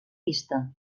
pista